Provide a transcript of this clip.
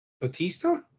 Batista